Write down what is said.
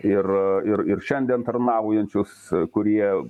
ir ir ir šiandien tarnaujančius kurie